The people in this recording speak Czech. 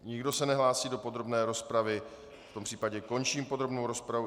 Nikdo se nehlásí do podrobné rozpravy, v tom případě končím podrobnou rozpravu.